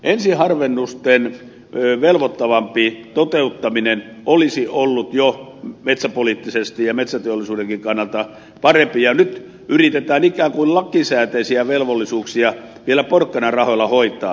ensiharvennusten velvoittavampi toteuttaminen olisi ollut jo metsäpoliittisesti ja metsäteollisuudenkin kannalta parempi ja nyt yritetään ikään kuin lakisääteisiä velvollisuuksia vielä porkkanarahoilla hoitaa